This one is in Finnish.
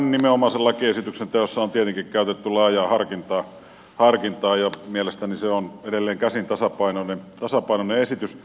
tämän nimenomaisen lakiesityksen teossa on tietenkin käytetty laajaa harkintaa ja mielestäni se on edelleenkäsin tasapainoinen esitys